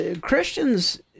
Christians